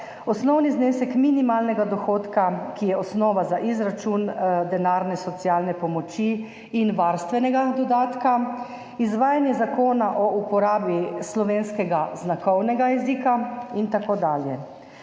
osnovni znesek minimalnega dohodka, ki je osnova za izračun denarne socialne pomoči in varstvenega dodatka, izvajanje Zakona o uporabi slovenskega znakovnega jezika in tako dalje.